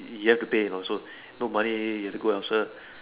you have to pay you know so no money you have to go elsewhere lah